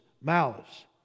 malice